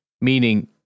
meaning